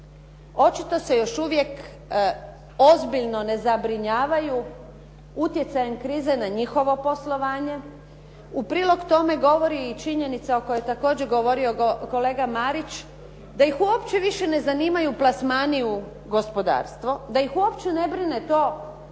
Očito se još uvijek ozbiljno ne zabrinjavaju utjecanjem krize na njihovo poslovanje. U prilog tome govori i činjenica o kojoj je također govorio kolega Marić, da ih uopće ne zanimaju plasmani u gospodarstvo, da ih uopće ne brine to što ni